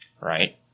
Right